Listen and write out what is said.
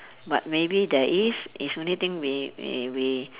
but maybe there is is only thing we we we